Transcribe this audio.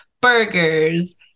burgers